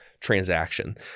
transaction